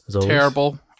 terrible